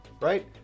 right